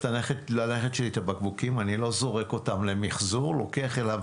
אני אומר לך